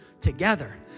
together